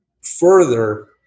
further